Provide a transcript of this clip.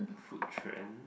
food trend